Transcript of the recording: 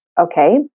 Okay